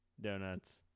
donuts